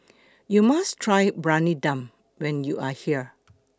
YOU must Try Briyani Dum when YOU Are here